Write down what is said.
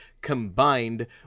combined